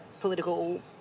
political